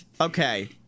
Okay